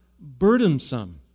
burdensome